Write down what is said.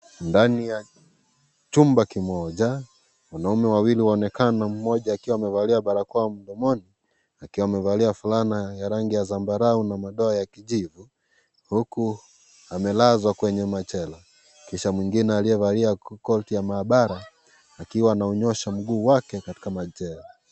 Ndani ya chumba kimoja, wanaume wawili wanaonekana mmoja akiwa amevalia barakoa mdomoni, akiwa amevalia fulana ya rangi ya zambarau na madoa ya kijivu. Huku amelazwa kwenye machela. Mwingine aliyevalia koti ya maabara akiwa anaunyosha mguu wake katika machela.